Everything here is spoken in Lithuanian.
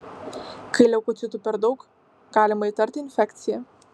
kai leukocitų per daug galima įtarti infekciją